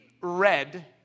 red